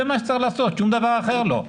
זה מה שצריך לעשות, שום דבר אחר לא.